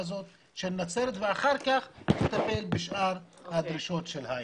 הזאת לנצרת ואחר כך נטפל בשאר הדרישות של העיר.